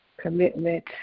commitment